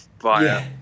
via